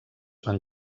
van